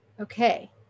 Okay